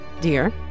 dear